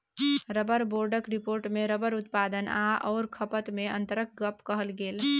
rubber बोर्डक रिपोर्टमे rubber उत्पादन आओर खपतमे अन्तरक गप कहल गेल